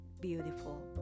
beautiful